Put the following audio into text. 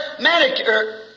manicure